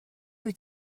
wyt